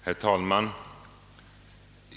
Herr talman!